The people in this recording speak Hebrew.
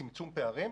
וצמצום פערים.